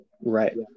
Right